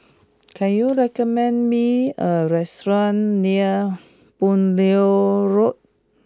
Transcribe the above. can you recommend me a restaurant near Begonia Road